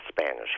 Spanish